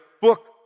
book